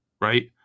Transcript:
right